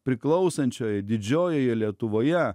priklausančioje didžiojoje lietuvoje